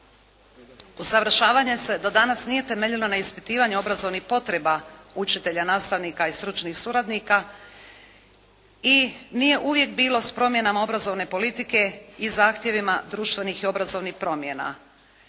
Usavršavanje se do danas nije temeljilo na ispitivanju obrazovnih potreba učitelja, nastavnika i stručnih suradnika i nije uvijek bilo s promjenama obrazovne politike i zahtjevima društvenih i obrazovnih promjena.